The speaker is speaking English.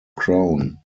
crown